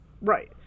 right